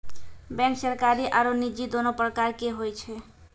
bank सरकारी आरो निजी दोनो प्रकार के होय छै